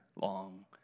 long